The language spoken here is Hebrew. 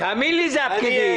תאמין לי, זה הפקידים.